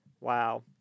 Wow